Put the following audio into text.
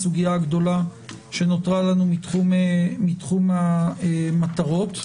הסוגיה הגדולה שנותרה לנו מתחום המטרות.